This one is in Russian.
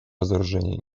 разоружению